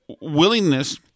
willingness